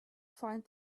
find